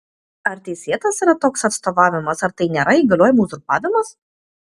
ar teisėtas yra toks atstovavimas ar tai nėra įgaliojimų uzurpavimas